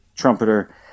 trumpeter